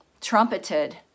trumpeted